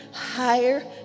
higher